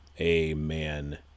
amen